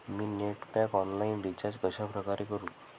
मी net pack online recharge कशाप्रकारे करु?